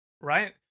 right